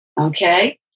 Okay